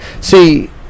See